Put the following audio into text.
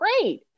Great